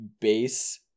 base